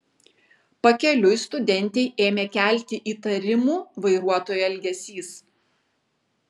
pakeliui studentei ėmė kelti įtarimų vairuotojo elgesys